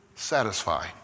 satisfy